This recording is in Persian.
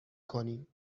کنیم